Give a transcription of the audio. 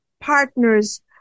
partners